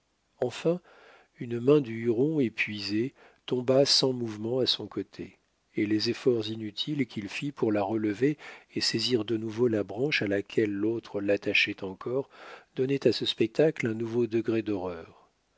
enfin une main du huron épuisé tomba sans mouvement à son côté et les efforts inutiles qu'il fit pour la relever et saisir de nouveau la branche à laquelle l'autre l'attachait encore donnait à ce spectacle un nouveau degré d'horreur